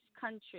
country